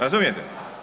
Razumijete?